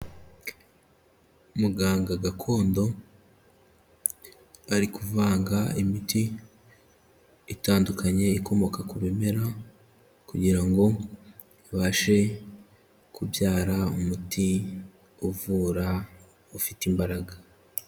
Umuganga gakondo ari kuvanga imiti itandukanye ikomoka ku bimera kugira ngo ibashe kubyara umuti uvura ufite imbaraga.